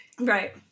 right